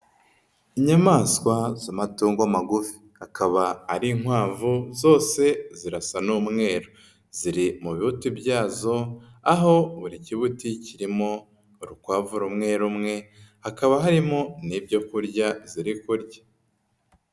Inyamaswa z'amatungo magufi akaba ari inkwavu zose zirasa n'umweru, ziri mu bibuti byazo aho buri kibuti kirimo urukwavu rumwe rumwe, hakaba harimo n'ibyorya ziri kurya.